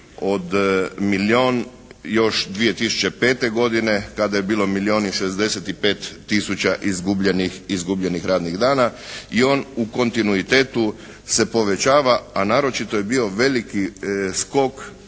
od milijun još 2005. godine kada je bilo milijun i 65 tisuća izgubljenih radnih dana. I on u kontinuitetu se povećava a naročito je bio veliki skok